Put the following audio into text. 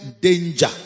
danger